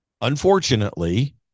unfortunately